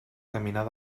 caminar